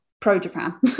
pro-Japan